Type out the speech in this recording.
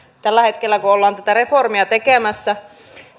tällä hetkellä kun ollaan tätä reformia tekemässä